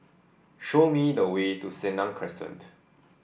show me the way to Senang Crescent